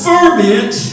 Ferment